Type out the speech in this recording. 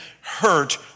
hurt